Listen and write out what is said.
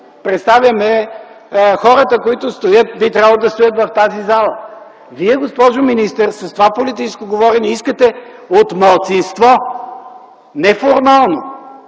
представяме хората, които би трябвало да стоят в тази зала. Вие, госпожо министър, с това политическо говорене искате от малцинство, не формално,